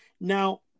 Now